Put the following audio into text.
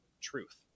truth